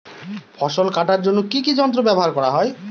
ফসল কাটার জন্য কি কি যন্ত্র ব্যাবহার করা হয়?